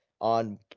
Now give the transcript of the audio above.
on